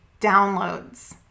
downloads